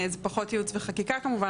זה פחות ייעוץ וחקיקה כמובן,